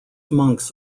monks